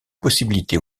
possibilité